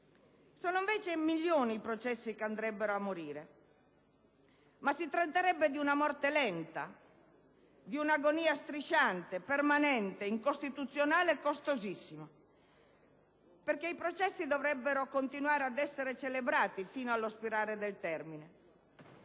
Sono invece milioni i processi che andrebbero a morire, ma si tratterebbe di una morte lenta, di un'agonia strisciante, permanente, incostituzionale e costosissima, perché i processi dovrebbero continuare ad essere celebrati sino allo scadere del termine.